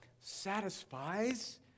satisfies